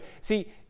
See